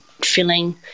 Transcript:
filling